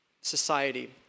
society